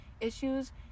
issues